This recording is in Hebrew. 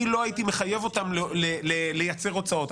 אני לא הייתי מחייב אותם לייצר הוצאות.